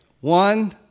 One